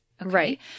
Right